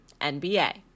NBA